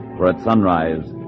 four at sunrise.